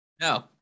No